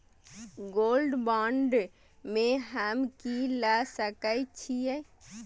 Gold bond में हम की ल सकै छियै?